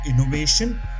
innovation